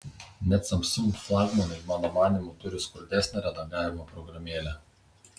net samsung flagmanai mano manymu turi skurdesnę redagavimo programėlę